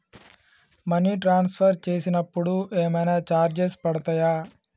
Money transfer చేసినప్పుడు ఏమైనా charges పడతయా?